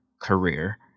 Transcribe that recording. career